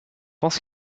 pense